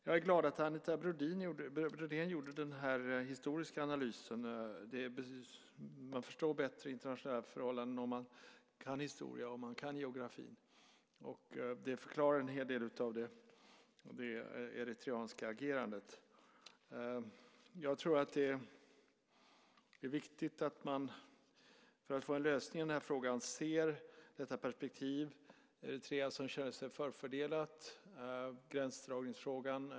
Jag är glad att Anita Brodén gjorde den här historiska analysen. Man förstår internationella förhållanden bättre om man kan historia och geografi. Det förklarar en hel del av det eritreanska agerandet. För att få en lösning i den här frågan tror jag att det är viktigt att man ser detta perspektiv. Eritrea känner sig förfördelat i gränsdragningsfrågan.